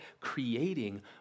creating